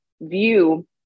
view